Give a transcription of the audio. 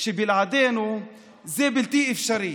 שבלעדינו זה בלתי אפשרי.